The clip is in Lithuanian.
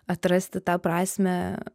atrasti tą prasmę